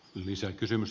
arvoisa puhemies